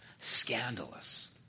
Scandalous